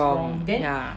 what's wrong ya